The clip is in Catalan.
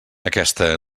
aquesta